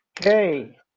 Okay